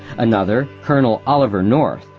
another, colonel oliver north,